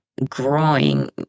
growing